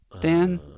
Dan